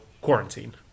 Quarantine